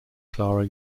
clara